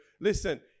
Listen